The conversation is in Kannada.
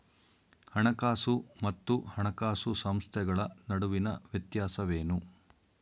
ಹಣಕಾಸು ಮತ್ತು ಹಣಕಾಸು ಸಂಸ್ಥೆಗಳ ನಡುವಿನ ವ್ಯತ್ಯಾಸವೇನು?